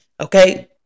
Okay